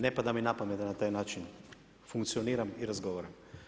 Ne pada mi na pamet da na taj način funkcioniram i razgovaram.